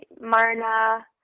Marna